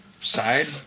side